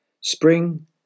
spring